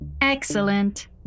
Excellent